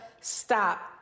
stop